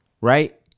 Right